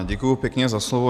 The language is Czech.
Děkuji pěkně za slovo.